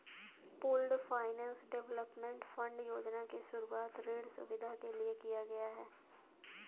pooled finance development fund योजना की शुरूआत ऋण सुविधा के लिए किया गया है